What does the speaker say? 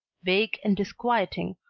vague and disquieting,